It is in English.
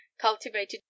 cultivated